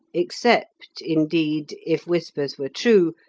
except, indeed, if whispers were true,